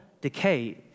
decay